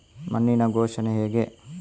ಮಣ್ಣಿನ ಪೋಷಣೆ ಹೇಗೆ?